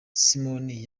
simoni